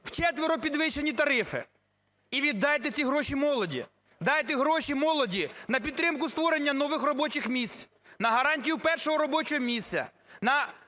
– вчетверо підвищені тарифи, і віддайте ці гроші молоді. Дайте гроші молоді на підтримку створення нових робочих місць, на гарантію першого робочого місця,